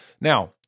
Now